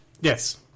Yes